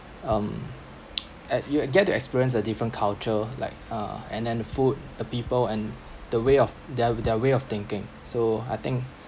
um at you will get to experience a different culture like uh and then food the people and the way of their their way of thinking so I think